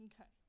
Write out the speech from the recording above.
okay